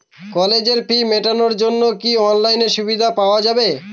কলেজের ফি মেটানোর জন্য কি অনলাইনে সুবিধা পাওয়া যাবে?